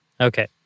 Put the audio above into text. Okay